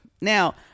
Now